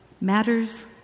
Matters